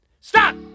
Stop